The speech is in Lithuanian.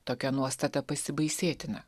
tokia nuostata pasibaisėtina